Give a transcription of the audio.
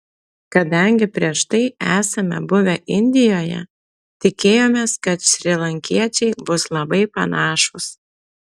kadangi prieš tai esame buvę indijoje tikėjomės kad šrilankiečiai bus labai panašūs